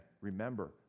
remember